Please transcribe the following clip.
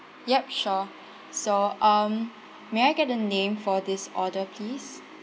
yup sure so um may I get the name for this order please